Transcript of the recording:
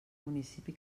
municipi